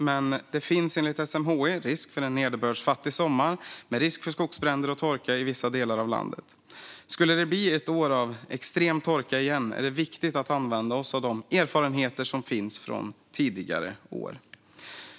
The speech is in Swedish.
Men det finns enligt SMHI risk för en nederbördsfattig sommar, med risk för skogsbränder och torka i vissa delar av landet. Skulle det bli ett år av extrem torka igen är det viktigt att vi använder oss av de erfarenheter som finns från tidigare år.